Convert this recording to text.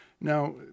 now